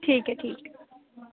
ठीक ऐ ठीक ऐ